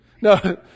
No